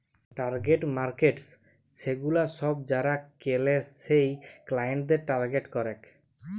target markets সেগুলা সব যারা কেলে সেই ক্লায়েন্টদের টার্গেট করেক